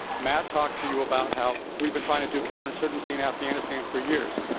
matt talked to you about how we've been trying to do counterinsurgency in afghanistan for years.